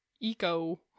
eco